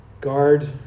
guard